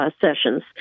sessions